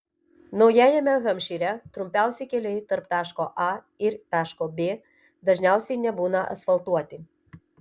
naujajame hampšyre trumpiausi keliai tarp taško a ir taško b dažniausiai nebūna asfaltuoti